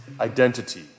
identity